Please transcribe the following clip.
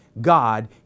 God